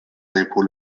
impôts